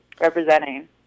Representing